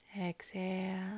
Exhale